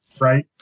right